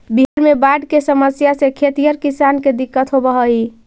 बिहार में बाढ़ के समस्या से खेतिहर किसान के दिक्कत होवऽ हइ